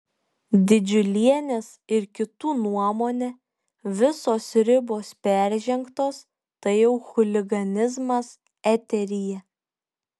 didžiulienės ir kitų nuomone visos ribos peržengtos tai jau chuliganizmas eteryje